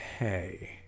Hey